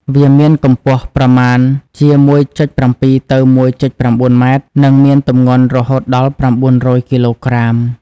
វាមានកម្ពស់ខ្ពស់ប្រមាណជា ១.៧ ទៅ ១.៩ ម៉ែត្រ និងមានទម្ងន់រហូតដល់ ៩០០ គីឡូក្រាម។